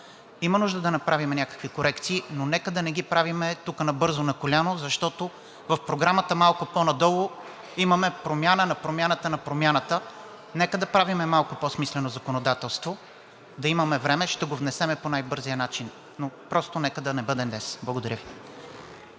Има нужда да направим някакви корекции, но нека да не ги правим тук набързо, на коляно, защото в Програмата малко по-надолу имаме промяна на промяната на промяната. Нека да правим малко по-смислено законодателство. Да имаме време. Ще го внесем по най-бързия начин. Просто нека да не бъде днес. Благодаря Ви.